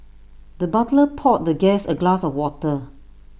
the butler poured the guest A glass of water